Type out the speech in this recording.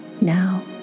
Now